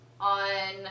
on